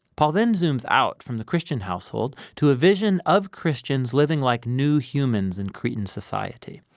paul then zooms out from the christian household to a vision of christians living like new humans in cretan society.